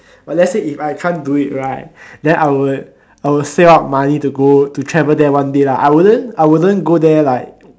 but let's say if I can't do it right then I would I will save up money to go to travel there one day lah I wouldn't I wouldn't go there like